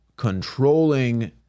controlling